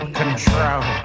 control